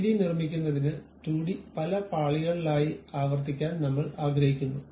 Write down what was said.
3 D നിർമ്മിക്കുന്നതിന് 2 D പല പാളികളായി ആവർത്തിക്കാൻ നമ്മൾ ആഗ്രഹിക്കുന്നു